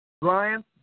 Brian